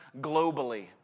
globally